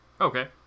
Okay